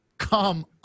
Come